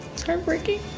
it's heartbreaking.